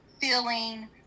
feeling